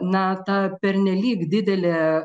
na ta pernelyg didelė